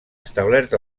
establert